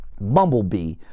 bumblebee